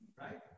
Right